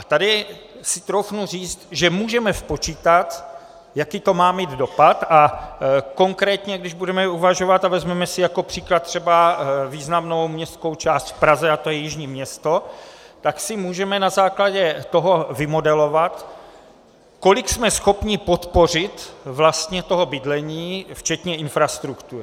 Tady si troufnu říct, že můžeme počítat, jaký to má mít dopad, a konkrétně, když budeme uvažovat a vezmeme si jako příklad třeba významnou městskou část v Praze, a to je Jižní Město, můžeme si na základě toho vymodelovat, kolik jsme schopni podpořit bydlení včetně infrastruktury.